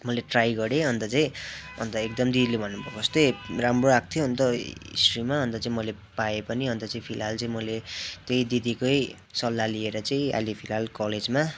मैले ट्राई गरेँ अन्त चाहिँ अन्त एकदम दिदीले भन्नुभएको जस्तै राम्रो आएको थियो अन्त हिस्ट्रीमा अन्त चाहिँ मैले पाएँ पनि अन्त चाहिँ फिलहाल चाहिँ मैले त्यही दिदीकै सल्लाह लिएर चाहिँ अहिलेले फिलहाल कलेजमा